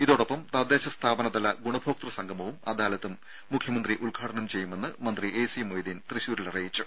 ഇതോടൊപ്പം തദ്ദേശ സ്ഥാപനതല ഗുണഭോക്തൃസംഗമവും അദാലത്തും മുഖ്യമന്ത്രി ഉദ്ഘാടനം ചെയ്യുമെന്ന് മന്ത്രി എ സി മൊയ്തീൻ തൃശൂരിൽ അറിയിച്ചു